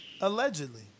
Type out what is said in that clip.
Allegedly